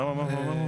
מה מה?